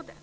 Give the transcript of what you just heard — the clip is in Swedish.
Det krävs utveckling och forskning